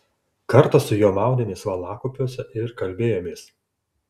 kartą su juo maudėmės valakupiuose ir kalbėjomės